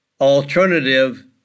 alternative